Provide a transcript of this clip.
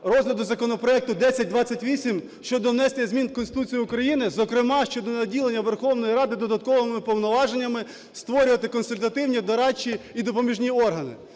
розгляду законопроекту 1028 щодо внесення змін у Конституцію України, зокрема щодо наділення Верховної Ради додатковими повноваженнями створювати консультативні, дорадчі і допоміжні органи.